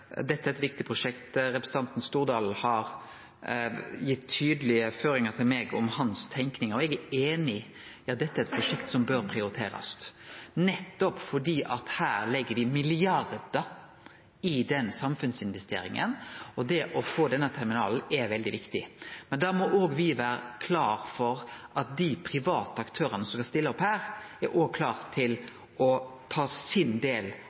Dette er eit viktig prosjekt. Representanten Stordalen har gitt tydelege føringar til meg om si tenking, og eg er einig i at dette er eit prosjekt som bør prioriterast nettopp fordi ein legg milliardar i denne samfunnsinvesteringa. Det å få denne terminalen er veldig viktig. Da må me vere klar for at dei private aktørane som skal stille opp her, òg er klar til å ta sin del